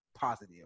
positive